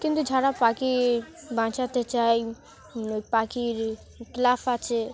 কিন্তু যারা পাখি বাঁচাতে চায় পাখির ক্লাব আছে